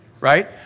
right